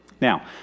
Now